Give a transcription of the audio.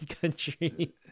country